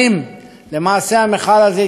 למעשה המכל הזה יצטרך להיסגר.